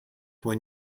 when